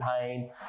pain